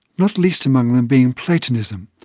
not least among them being platonism,